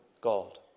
God